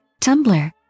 Tumblr